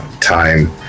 Time